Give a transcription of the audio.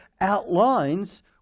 outlines